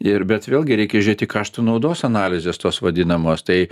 ir bet vėlgi reikia žiūrėti kaštų naudos analizės tos vadinamos tai